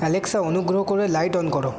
Alexa অনুগ্রহ করে light on করো